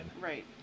right